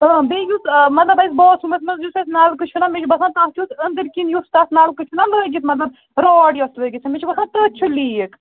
آ بیٚیہِ یُس مطلب اَسہِ باتھ روٗمَس منٛز یُس اَسہِ نَلکہٕ چھُناہ مےٚ چھُ باسان تتھ یُس أنٛدرۍ کِنۍ یُس تتھ نلکہٕ چھُناہ لاگِتھ مطلب راڈ یۄس لاگِتھ چھِ مےٚ چھُ باسان تٔتھۍ چھُ لیٖک